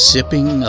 Sipping